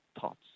thoughts